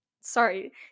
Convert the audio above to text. sorry